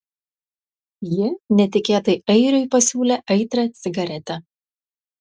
ji netikėtai airiui pasiūlė aitrią cigaretę